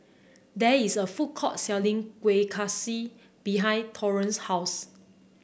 there is a food court selling Kueh Kaswi behind Taurean's house